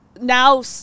now